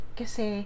kasi